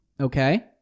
Okay